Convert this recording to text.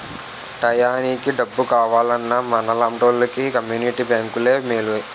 టయానికి డబ్బు కావాలన్నా మనలాంటోలికి కమ్మునిటీ బేంకులే మేలురా